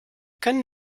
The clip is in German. können